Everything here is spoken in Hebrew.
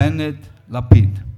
בנט, לפיד.